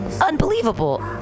unbelievable